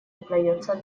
дается